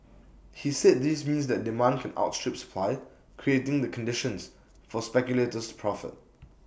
he said this means that demand can outstrip supply creating the conditions for speculators to profit